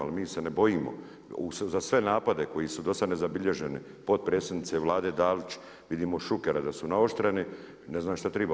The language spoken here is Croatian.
Ali mi se ne bojimo za sve napade koji su do sada nezabilježeni, potpredsjednice Vlade Dalić, vidimo Šukera da su naoštreni, ne znam šta triba.